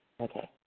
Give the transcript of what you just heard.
Okay